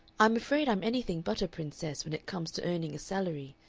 i'm afraid i'm anything but a princess when it comes to earning a salary,